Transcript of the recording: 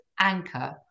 anchor